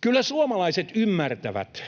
Kyllä suomalaiset ymmärtävät